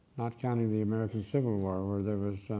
not counting the american civil war, where there was